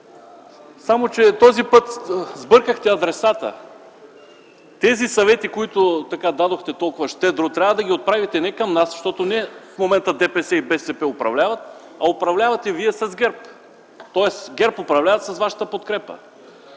само че този път сбъркахте адресата. Тези съвети, които дадохте толкова щедро, трябва да отправите не към нас, защото в момента не управляват ДПС и БСП, а управлявате вие с ГЕРБ, тоест ГЕРБ управлява с вашата подкрепа.